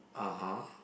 (uh huh)